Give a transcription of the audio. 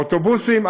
האוטובוסים,